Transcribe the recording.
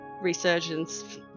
resurgence